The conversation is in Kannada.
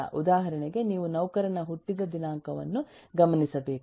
ಉದಾಹರಣೆಗೆ ನೀವು ನೌಕರನ ಹುಟ್ಟಿದ ದಿನಾಂಕವನ್ನು ಗಮನಿಸಬೇಕು